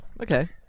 Okay